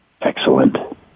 Excellent